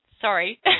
sorry